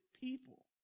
people